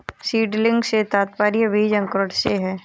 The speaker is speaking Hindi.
सीडलिंग से तात्पर्य बीज अंकुरण से है